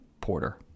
Porter